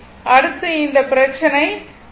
அடுத்து இந்த பிரச்சினை டி